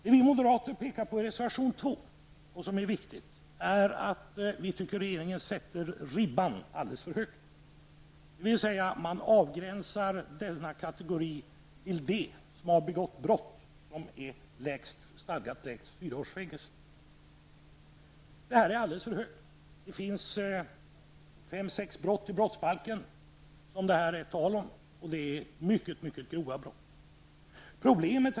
Det vi moderater pekar på i reservation 2, och som är viktigt, är att vi tycker att regeringen sätter ribban alldeles för högt, dvs. man avgränsar denna kategori till dem som har begått brott som är stadgat lägst fyra års fängelse för. Det är alldeles för högt. Det finns fem eller sex brott i brottsbalken som det är tal om här. Det är mycket grova brott. Herr talman!